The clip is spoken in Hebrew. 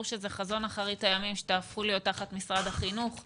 שזה חזון אחרית הימים שתהפכו להיות תחת משרד החינוך,